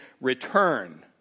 return